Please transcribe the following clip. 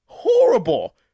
Horrible